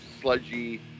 sludgy